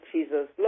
Jesus